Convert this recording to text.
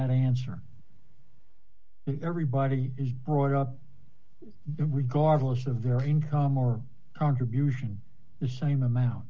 that answer everybody is brought up regardless of their income or contribution the same amount